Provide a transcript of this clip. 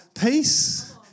Peace